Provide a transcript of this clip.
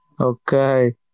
Okay